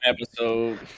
episode